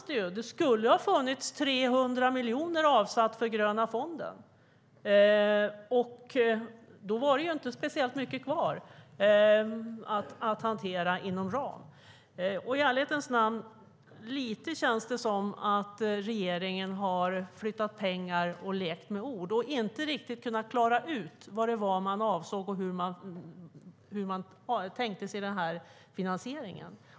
Det skulle ha funnits 300 miljoner avsatta för den gröna fonden. Då var det inte speciellt mycket kvar att hantera inom ramen.I ärlighetens namn känns det lite som att regeringen har flyttat pengar och lekt med ord och inte riktigt kunnat klara ut vad det var man avsåg och hur man tänkte sig finansieringen.